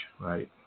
right